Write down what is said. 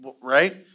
right